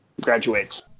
graduates